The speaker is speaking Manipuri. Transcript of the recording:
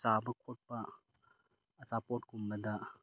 ꯆꯥꯕ ꯈꯣꯠꯄ ꯑꯆꯥ ꯄꯣꯠꯀꯨꯝꯕꯗ